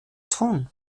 tun